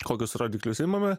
kokius rodiklius imame